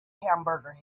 hamburger